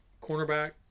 cornerback